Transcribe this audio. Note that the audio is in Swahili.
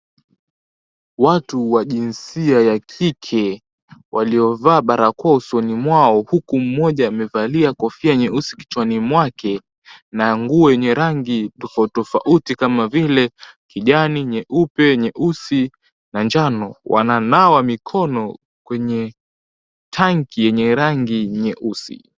Watu wa jinsia ya kike, waliovaa barakoa usoni mwao, huku mmoja amevalia kofia nyeusi kichwani mwake, na nguo yenye rangi tofauti tofauti kama vile kijani, nyeupe, nyeusi na njano, wananawa mikono kwenye tanki yenye rangi nyeusi.